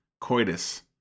coitus